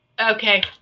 Okay